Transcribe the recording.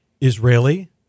Israeli